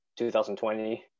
2020